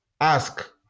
Ask